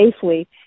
safely